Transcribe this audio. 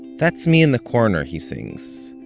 that's me in the corner, he sings,